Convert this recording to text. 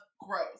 growth